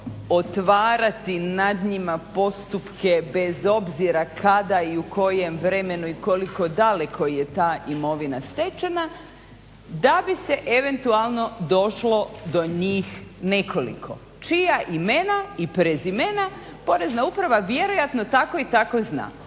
otvarati nad njima postupke bez obzira kada i u kojem vremenu i koliko je daleko ta imovina stečena, da bi se eventualno došlo do njih nekoliko? Čija imena i prezimena Porezna uprava vjerojatno tako i tako zna?